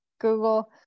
Google